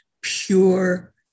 pure